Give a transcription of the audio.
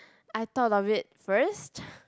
I thought of it first